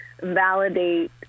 validate